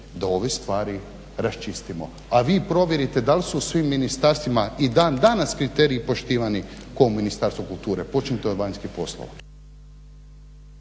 da ove stvari raščistimo. A vi provjerite da li su u svim ministarstvima i dan danas kriteriji poštivani kao u Ministarstvu kulture, počnite od vanjskih poslova.